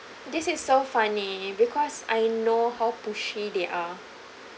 this is so funny because I know how pushy they are